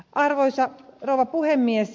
arvoisa rouva puhemies